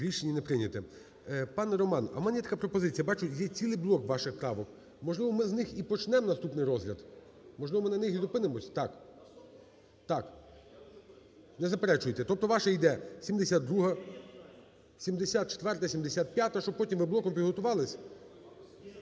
Рішення не прийнято. Пане Роман, у мене є така пропозиція. Бачу, є цілий блок ваших правок. Можливо, ми з них і почнемо наступний розгляд? Можливо, ми на них і зупинимось? Так, так. Не заперечуєте. Тобто ваша йде 72-а, 74-а, 75-а. Щоб потім ми блоком підготувались.